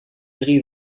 drie